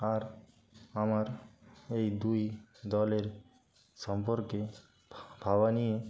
আর আমার এই দুই দলের সম্পর্কে ভাবা নিয়ে